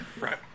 right